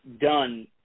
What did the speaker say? done